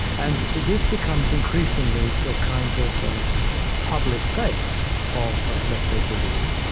and this becomes, increasingly, the kind of public face of, let's say, buddhism.